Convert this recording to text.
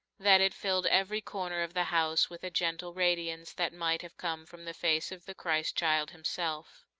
that it filled every corner of the house with a gentle radiance that might have come from the face of the christ-child himself.